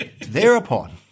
Thereupon